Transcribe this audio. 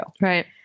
Right